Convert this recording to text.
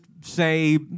say